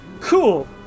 Cool